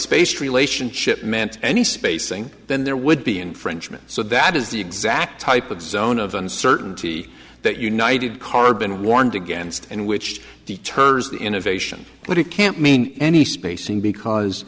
spaced relationship meant any spacing then there would be infringement so that is the exact type of zone of uncertainty that united carbon warned against and which deters the innovation but it can't mean any spacing because